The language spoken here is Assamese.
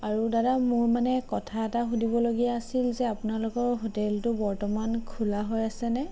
আৰু দাদা মোৰ মানে কথা এটা সুধিবলগীয়া আছিল যে আপোনালোকৰ হোটেলটো বৰ্তমান খোলা হৈ আছেনে